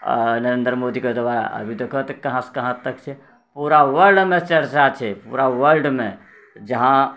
नरेन्द्र मोदीके द्वारा अभी देखहक तऽ कहाँसँ कहाँ तक छै पूरा वर्ल्डमे चर्चा छै पूरा वर्ल्डमे जहाँ